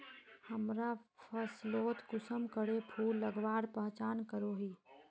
हमरा फसलोत कुंसम करे फूल लगवार पहचान करो ही?